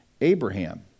Abraham